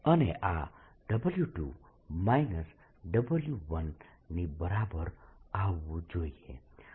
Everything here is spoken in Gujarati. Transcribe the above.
અને આ W2-W1 ની બરાબર આવવું જોઈએ જે આપણે ગણેલ છે